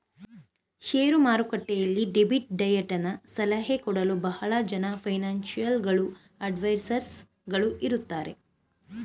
share ಮಾರುಕಟ್ಟೆಯಲ್ಲಿ debit ಡಯಟನ ಸಲಹೆ ಕೊಡಲು ಬಹಳ ಜನ ಫೈನಾನ್ಸಿಯಲ್ ಗಳು ಅಡ್ವೈಸರ್ಸ್ ಗಳು ಇರುತ್ತಾರೆ